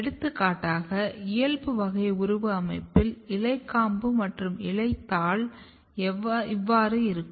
எடுத்துக்காட்டாக இயல்பு வகையின் உருவ அமைப்பில் இலைக்காம்பு மற்றும் இலைத்தாள் இவ்வாறு இருக்கும்